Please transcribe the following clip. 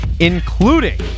including